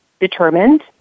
determined